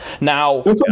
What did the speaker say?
now